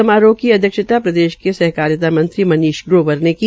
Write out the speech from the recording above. समारोह की अध्यक्षता प्रदेश के सहकारिता मंत्री मनीष ग्रोवर ने की